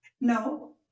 No